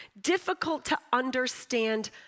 difficult-to-understand